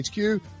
HQ